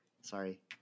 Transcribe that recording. Sorry